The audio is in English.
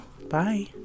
bye